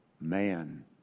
man